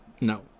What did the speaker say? No